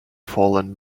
fallen